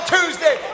Tuesday